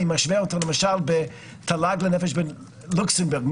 אני משווה אותה למשל בתל"ג לנפש מול לוקסמבורג.